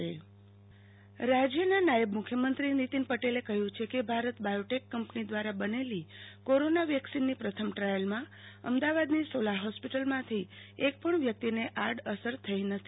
આરતી ભદ્દ નાયબ મુખ્યમંત્રીનીતિન પેટેલ રાજ્યના નાયબ મુખ્યમંત્રી નીતિન પટેલે કહ્યું છે કે ભારત બાયોટેક કંપની દ્વારા બનેલી કોરોના વેક્સિનની પ્રેથમ દ્રાયલમાં અમદાવાદની સોલા હોસ્પિટલમાંથી એક પણ વ્યક્તિને આડઅસર થઈ નથી